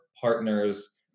partner's